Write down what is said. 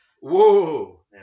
Whoa